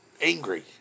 angry